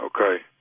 Okay